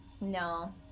No